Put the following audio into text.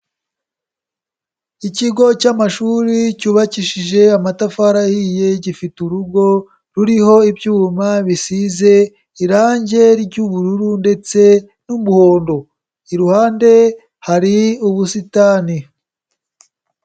Ikigo cy'amashuri cyubakishije amatafari ahiye, gifite urugo ruriho ibyuma bisize irange ry'ubururu ndetse n'umuhondo, iruhande hari ubusitani.